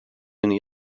günü